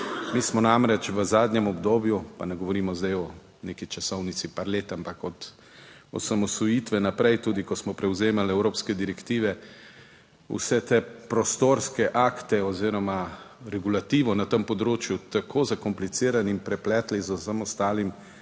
Mi smo namreč v zadnjem obdobju - pa ne govorimo zdaj o neki časovnici par let -, ampak od osamosvojitve naprej tudi, ko smo prevzemali evropske direktive, vse te prostorske akte oziroma regulativo na tem področju tako zakomplicirali in prepletli z vsem ostalim,